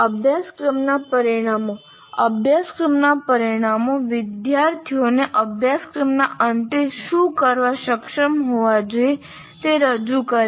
અભ્યાસક્રમના પરિણામો અભ્યાસક્રમના પરિણામો વિદ્યાર્થીઓને અભ્યાસક્રમના અંતે શું કરવા સક્ષમ હોવા જોઈએ તે રજૂ કરે છે